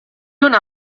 una